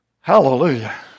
hallelujah